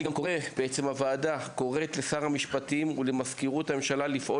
הוועדה קוראת לשר המשפטים ולמזכירות הממשלה לפעול